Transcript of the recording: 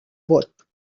vot